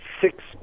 Six